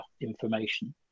information